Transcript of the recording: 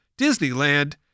Disneyland